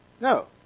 No